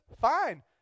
Fine